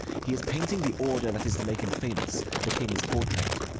he is painting the order that is to make him famous the king's portrait.